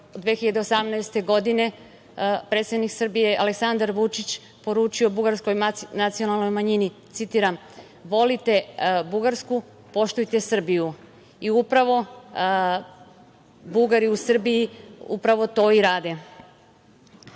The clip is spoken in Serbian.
2018. godine, predsednik Srbije Aleksandar Vučić poručio bugarskoj nacionalnoj manjini, citiram: „Volite Bugarsku, poštujte Srbiju“ i Bugari u Srbiji upravo to i rade. Pošto